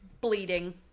Bleeding